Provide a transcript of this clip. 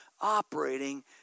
operating